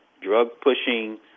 drug-pushing